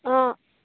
অঁ